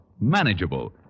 manageable